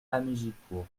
hamégicourt